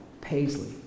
Paisley